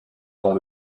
dont